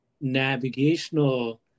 navigational